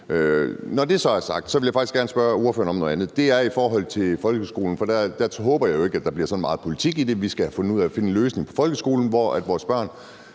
Når det så er sagt, vil jeg faktisk gerne spørge ordføreren om noget andet. Det er i forhold til folkeskolen, for der håber jeg jo ikke at der bliver sådan meget politik i det. Vi skal have fundet ud af at finde en løsning for folkeskolen, hvor vores børn